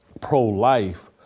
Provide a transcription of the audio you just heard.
pro-life